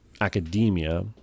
academia